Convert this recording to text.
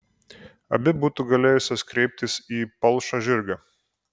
abi būtų galėjusios kreiptis į palšą žirgą